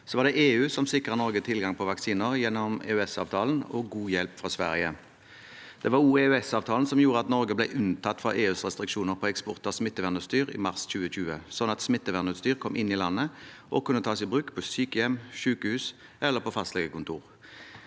som sikret Norge tilgang på vaksiner gjennom EØS-avtalen og god hjelp fra Sverige. Det var også EØS-avtalen som gjorde at Norge ble unntatt fra EUs restriksjoner på eksport av smittevernutstyr i mars 2020, slik at smittevernutstyr kom inn i landet og kunne tas i bruk på sykehjem, sykehus og fastlegekontorer.